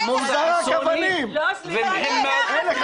אין לך